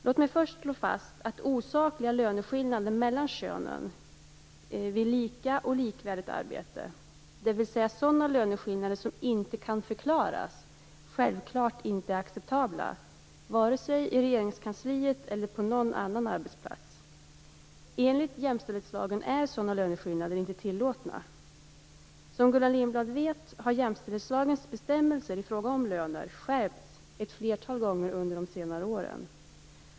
Låt mig först slå fast att osakliga löneskillnader mellan könen vid lika och likvärdigt arbete, dvs. sådana löneskillnader som inte kan förklaras, självfallet inte är acceptabla vare sig i Regeringskansliet eller på någon annan arbetsplats. Enligt jämställdhetslagen är sådana löneskillnader inte tillåtna. Som Gullan Lindblad vet har jämställdhetslagens bestämmelser i fråga om löner skärpts ett flertal gånger under de senare åren.